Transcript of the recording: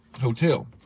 hotel